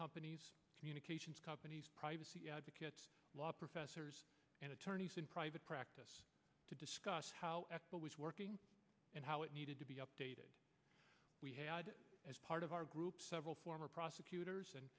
companies communications companies privacy advocates law professors and attorneys in private practice to discuss how working and how it needed to be updated as part of our group several former prosecutors and